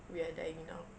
we are dying now